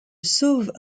sauve